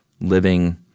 living